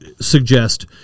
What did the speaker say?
suggest